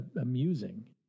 amusing